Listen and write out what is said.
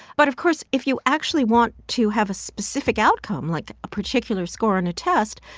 but of course if you actually want to have a specific outcome like a particular score on a test,